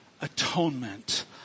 atonement